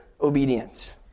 obedience